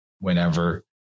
whenever